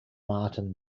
martin